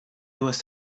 was